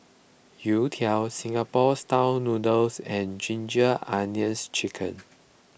Youtiao Singapore Style Noodles and Ginger Onions Chicken